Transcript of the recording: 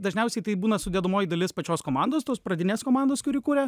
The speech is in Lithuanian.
dažniausiai tai būna sudedamoji dalis pačios komandos tos pradinės komandos kuri kuria